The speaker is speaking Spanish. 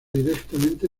directamente